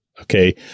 Okay